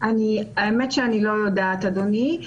האמת שאני לא יודעת, אדוני.